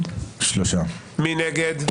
מי נגד?